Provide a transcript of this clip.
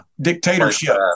Dictatorship